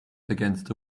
against